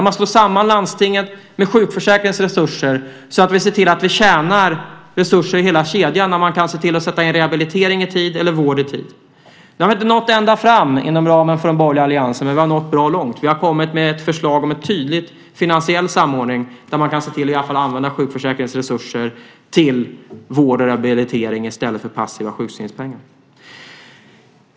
Man slår samman landstingets med sjukförsäkringens resurser så att vi ser till att vi tjänar resurser i hela kedjan så att man kan se till att sätta in rehabilitering i tid eller vård i tid. Där har vi inte nått ända fram inom ramen för den borgerliga alliansen, men vi har nått bra långt. Vi har kommit med ett förslag om en tydlig finansiell samordning där man kan se till att i varje fall använda sjukförsäkringens resurser till vård och rehabilitering i stället för passiva sjukskrivningspengar.